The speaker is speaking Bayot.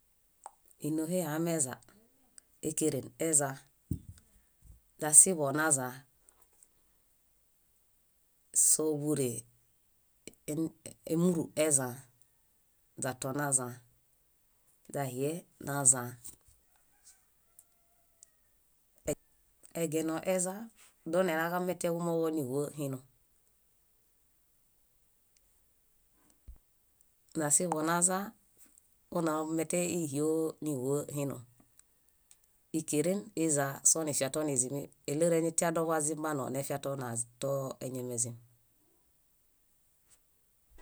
Nohe ihameza: ékeren ezaa, źasiḃo nazaa. Sóḃuree: émuru ezaa, źaton nazaa, źahie nazaa, egeno ezaa donelaġameteġumooġo níĥuo hinum, źasiḃo nazaa onamete íhioniĥuo hinum, íkeren izaa sonifia tonizimi. Éleer eñatia dobazimbanoo nefia too naz- eñamezim.